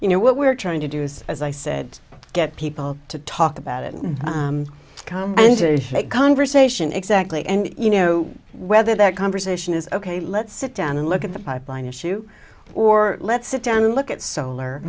you know what we're trying to do is as i said get people to talk about it and come into a conversation exactly and you know whether that conversation is ok let's sit down and look at the pipeline issue or let's sit down and look at solar